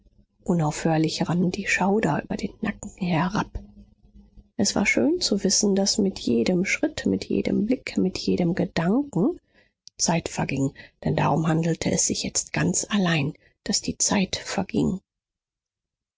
unaufhörlich rannen die schauder über den nacken herab es war schön zu wissen daß mit jedem schritt mit jedem blick mit jedem gedanken zeit verging denn darum handelte es sich jetzt ganz allein daß die zeit verging